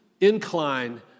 incline